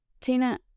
Tina